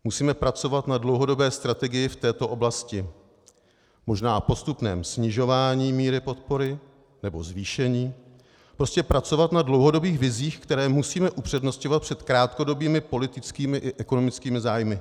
Musíme pracovat na dlouhodobé strategii v této oblasti, možná postupném snižování míry podpory nebo zvýšení, prostě pracovat na dlouhodobých vizích, které musíme upřednostňovat před krátkodobými politickými i ekonomickými zájmy.